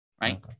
right